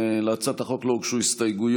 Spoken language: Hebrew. להצעת החוק לא הוגשו הסתייגויות.